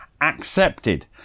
accepted